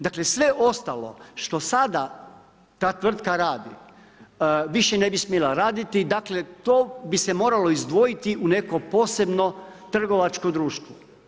Dakle sve ostalo što sada ta tvrtka radi više ne bi smjela raditi, dakle to bi se moralo izdvojiti u neko posebno trgovačko društvo.